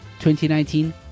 2019